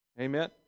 Amen